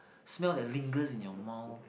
smell that lingers in your mouth